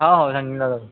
हो हो सांगलीला जाऊ